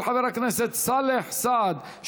של חבר הכנסת סאלח סעד.